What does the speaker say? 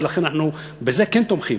ולכן בזה אנחנו כן תומכים,